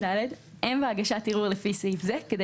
(ד)אין בהגשת ערעור לפי סעיף זה כדי